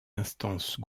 instances